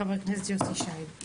חבר הכנסת יוסי שיין.